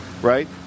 Right